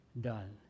done